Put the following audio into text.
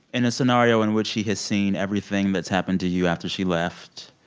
in a scenario in which she has seen everything that's happened to you after she left,